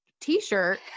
t-shirt